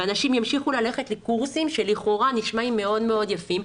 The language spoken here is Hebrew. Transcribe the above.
ואנשים ימשיכו ללכת לקורסים שלכאורה נשמעים מאוד יפים,